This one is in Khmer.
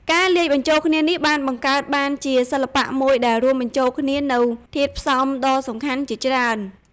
ការលាយបញ្ចូលគ្នានេះបានបង្កើតបានជាសិល្បៈមួយដែលរួមបញ្ចូលគ្នានូវធាតុផ្សំដ៏សំខាន់ជាច្រើន៖